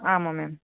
ஆமாம் மேம்